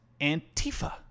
Antifa